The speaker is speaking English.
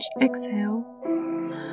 exhale